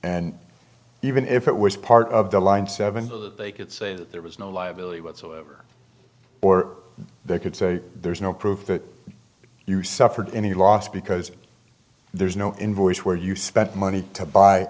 and even if it was part of the line seven they could say that there was no liability whatsoever or they could say there's no proof that you suffered any loss because there's no invoice where you spent money to buy